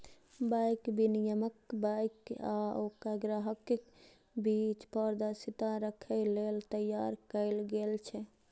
bank विनियमन bank आ ओकर ग्राहकक बीच पारदर्शिता राखै लेल तैयार कैल गेल छै